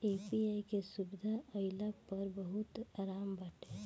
UPI के सुविधा आईला पअ बहुते आराम बाटे